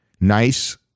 nice